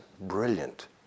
Brilliant